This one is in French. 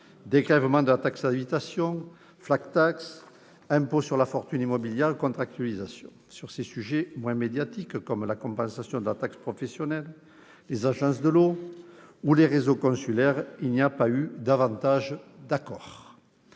dégrèvement de la taxe d'habitation,, impôt sur la fortune immobilière, contractualisation, etc. Sur des sujets moins médiatiques, comme la compensation de la taxe professionnelle, les agences de l'eau ou les réseaux consulaires, il n'y a pas eu davantage d'accords.